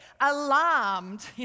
alarmed